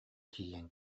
тиийэн